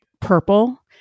purple